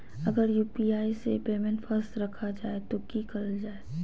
अगर यू.पी.आई से पेमेंट फस रखा जाए तो की करल जाए?